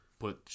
put